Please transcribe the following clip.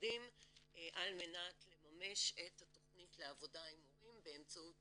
המשרדים על מנת לממש את התכנית לעבודה עם הורים באמצעות